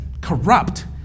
corrupt